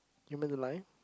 human alive